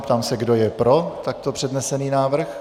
Ptám se, kdo je pro takto přednesený návrh.